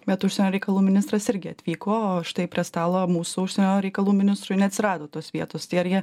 bet užsienio reikalų ministras irgi atvyko o štai prie stalo mūsų užsienio reikalų ministrui neatsirado tos vietos tai ar jie